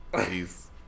please